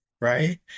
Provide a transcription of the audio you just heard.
right